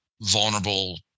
vulnerable